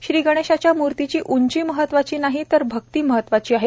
श्रीगणेशाच्या मूर्तीची उंची महत्त्वाची नाही तर भक्ती महत्त्वाची आहे